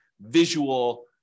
visual